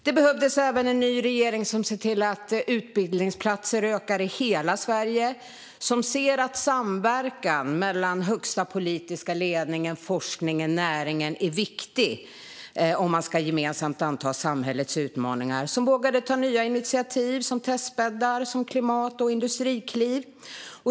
Det behövdes även en ny regering som ser till att utbildningsplatserna ökar i hela Sverige, som ser att samverkan mellan den högsta politiska ledningen, forskningen och näringen är viktig om man gemensamt ska kunna anta samhällets utmaningar och som vågar ta nya initiativ som testbäddar, klimat och industrikliv.